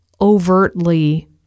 overtly